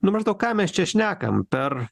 nu maždaug ką mes čia šnekam per